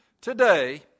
Today